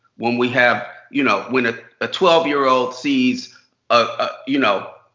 when we have you know when ah a twelve year old sees ah you know